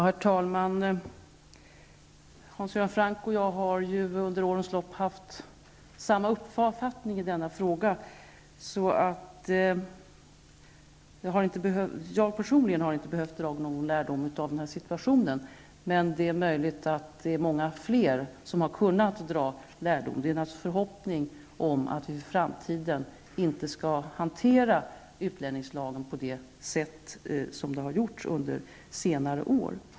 Herr talman! Hans Göran Franck och jag har ju under årens lopp haft samma uppfattning i denna fråga. Jag personligen har således inte behövt dra lärdom av den här situationen. Och det är möjligt att det är många fler som har kunnat dra lärdom i detta avseende. Det är alltså min förhoppning att vi för framtiden inte skall hantera utlänningslagen så som den hanterats under senare år.